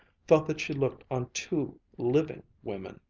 felt that she looked on two living women.